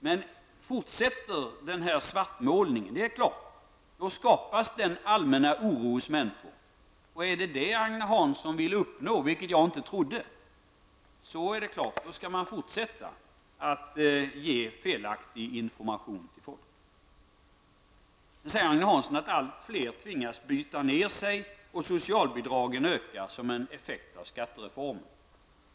Men det är klart att fortsätter den här svartmålningen, så skapas en allmän oro hos människor. Och är det det Agne Hansson vill uppnå, vilket jag inte trodde, så skall man naturligtvis fortsätta att ge felaktig information till folk. Så säger Agne Hansson att allt fler tvingas byta ner sig och att socialbidragen ökar som en effekt av skattereformen.